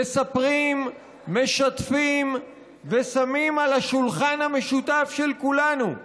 מספרים, משתפים ושמים על השולחן המשותף של כולנו,